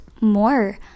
more